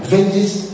Vengeance